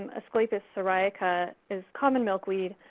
um asclepias syriaca is common milkweed.